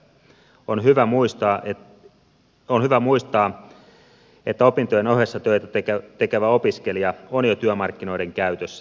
on hyvä muistaa että opintojen ohessa töitä tekevä opiskelija on jo työmarkkinoiden käytössä